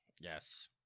Yes